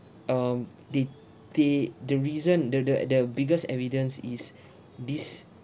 um they they the reason the the the biggest evidence is this